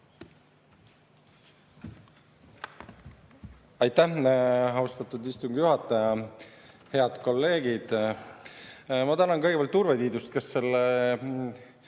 Aitäh, austatud istungi juhataja! Head kolleegid! Ma tänan kõigepealt Urve Tiidust, kes selle